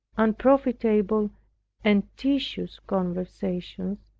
unprofitable and tedious conversations,